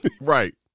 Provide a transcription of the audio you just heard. Right